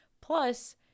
Plus